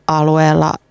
alueella